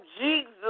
Jesus